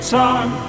time